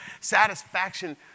satisfaction